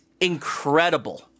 incredible